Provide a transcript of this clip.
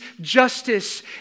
justice